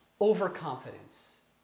overconfidence